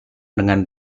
dengan